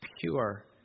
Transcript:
pure